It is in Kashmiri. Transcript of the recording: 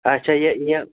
اَچھا یہِ یہِ